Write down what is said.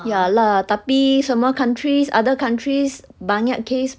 ya lah tapi semua countries other countries banyak case